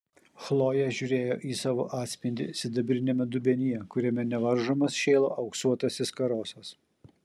chlojė žiūrėjo į savo atspindį sidabriniame dubenyje kuriame nevaržomas šėlo auksuotasis karosas